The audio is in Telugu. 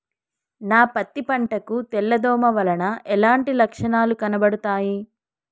నా పత్తి పంట కు తెల్ల దోమ వలన ఎలాంటి లక్షణాలు కనబడుతాయి?